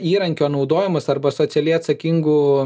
įrankio naudojimas arba socialiai atsakingų